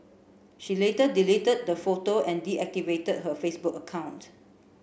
she later deleted the photo and deactivated her Facebook account